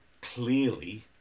clearly